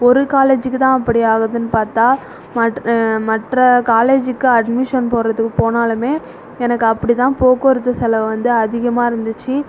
ஒரு காலேஜுக்கு தான் அப்படி ஆகுதுனு பார்த்தா மற்ற காலேஜுக்கு அட்மிஷன் போடுறதுக்கு போனாலும் எனக்கு அப்படிதான் போக்குவரத்து செலவு வந்து அதிகமாக இருந்துச்சு